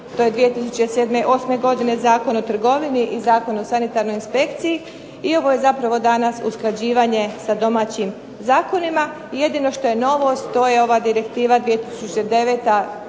to je 2007., 2008. godine Zakon o trgovini i Zakon o sanitarnoj inspekciji i ovo je zapravo danas usklađivanje sa domaćim zakonima. I jedino što je novost to je ova Direktiva 2009/107